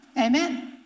Amen